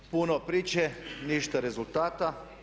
Puno priče, ništa rezultata.